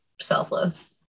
selfless